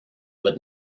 but